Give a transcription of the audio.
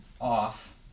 off